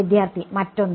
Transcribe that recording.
വിദ്യാർത്ഥി മറ്റൊന്ന്